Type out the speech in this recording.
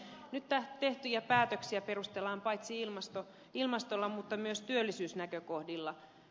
nyt tehtyjä päätöksiä perustellaan paitsi ilmastolla myös työllisyysnäkökohdilla